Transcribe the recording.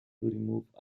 remove